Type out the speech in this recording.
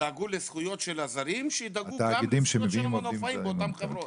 ודאגו לזכויות של הזרים שידאגו גם לזכויות של המנופאים באותן חברות.